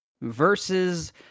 versus